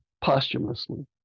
posthumously